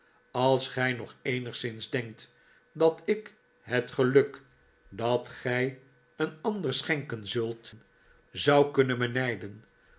als gij nog eenigszins denkt dat ik het geluk dat gij een ander schenken zult david copperf i el d zou kunnen benijden